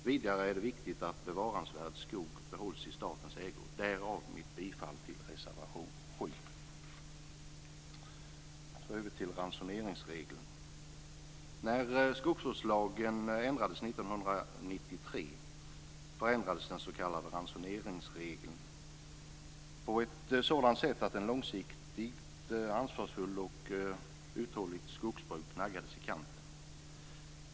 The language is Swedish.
Vidare är det viktigt att bevarandevärd skog behålls i statens ägo - därav mitt bifall till reservation 7. Så går jag över till ransoneringsregeln. När skogsvårdslagen ändrades 1993 förändrades den s.k. ransoneringsregeln på ett sådant sätt att ett långsiktigt, ansvarsfullt och uthålligt skogsbruk naggades i kanten.